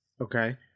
okay